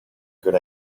good